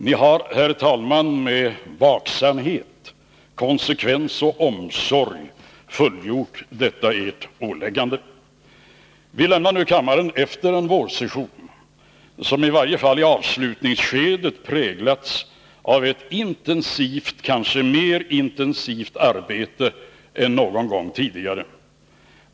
Ni har, herr talman, med vaksamhet, konsekvens och omsorg fullgjort detta ert åliggande. Vi lämnar nu kammaren efter en vårsession som i varje fall i avslutningsskedet präglats av ett kanske mer intensivt arbete än någon gång tidigare.